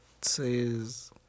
says